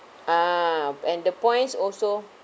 ah and the points also